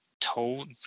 told